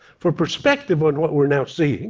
for perspective on what we're now seeing